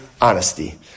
honesty